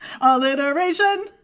alliteration